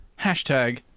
Hashtag